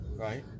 Right